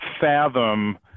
fathom